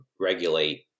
regulate